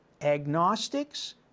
Agnostics